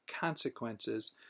consequences